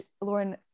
Lauren